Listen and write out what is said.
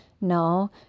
no